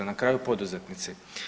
Na kraju poduzetnici.